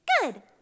Good